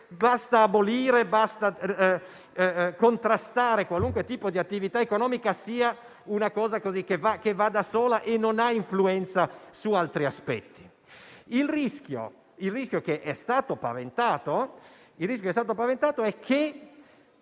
far finta che contrastare qualunque tipo di attività economica sia una cosa che va da sola e non ha influenza su altri aspetti. Il rischio che è stato paventato è che